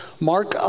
Mark